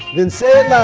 then say it loud